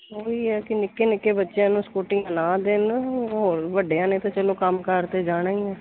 ਉਹੀ ਹੈ ਕਿ ਨਿੱਕੇ ਨਿੱਕੇ ਬੱਚਿਆਂ ਨੂੰ ਸਕੂਟੀਆਂ ਨਾ ਦੇਣ ਹੋਰ ਵੱਡਿਆਂ ਨੇ ਤਾਂ ਚਲੋ ਕੰਮ ਕਾਰ 'ਤੇ ਜਾਣਾ ਹੀ ਹੈ